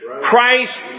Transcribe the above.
Christ